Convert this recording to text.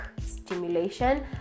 stimulation